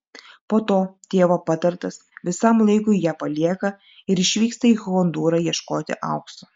po to tėvo patartas visam laikui ją palieka ir išvyksta į hondūrą ieškoti aukso